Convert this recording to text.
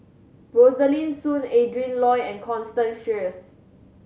Rosaline Soon Adrin Loi and Constance Sheares